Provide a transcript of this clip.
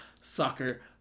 soccer